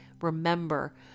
Remember